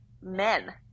men